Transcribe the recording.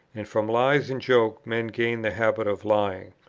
and from lies in joke men gain the habit of lying,